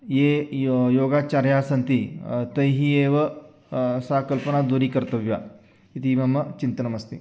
ये यो योगाचार्याः सन्ति तैः एव सा कल्पना दूरीकर्तव्या इति मम चिन्तनमस्ति